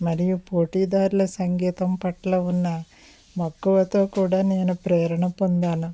మరియు పోటీ దారుల సంగీతం పట్ల ఉన్న మక్కువతో కూడా నేను ప్రేరణ పొందాను